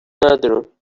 ندارم